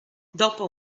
dopo